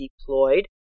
deployed